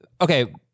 okay